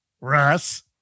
Russ